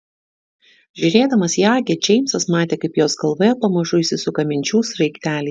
žiūrėdamas į agę džeimsas matė kaip jos galvoje pamažu įsisuka minčių sraigteliai